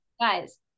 Guys